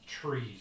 trees